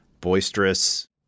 boisterous